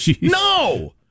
No